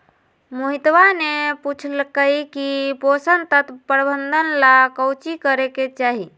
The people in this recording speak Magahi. मोहितवा ने पूछल कई की पोषण तत्व प्रबंधन ला काउची करे के चाहि?